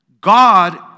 God